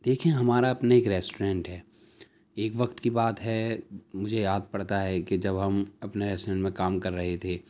دیکھیئے ہمارا اپنا ایک ریسٹورنٹ ہے ایک وقت کی بات ہے مجھے یاد پڑتا ہے کہ جب ہم اپنے ریسٹورنٹ میں کام کر رہے تھے